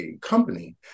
company